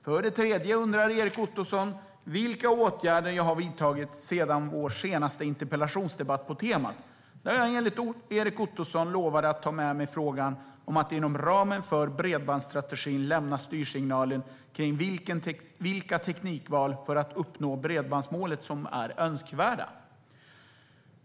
För det tredje undrar Erik Ottoson vilka åtgärder jag har vidtagit sedan vår senaste interpellationsdebatt på temat, där jag enligt Erik Ottoson lovade att ta med mig frågan om att inom ramen för bredbandsstrategin lämna styrsignaler kring vilka teknikval för att uppnå bredbandsmålet som är önskvärda.